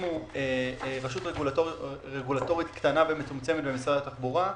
הקימו רשות רגולטורית קטנה ומצומצמת במשרד התחבורה.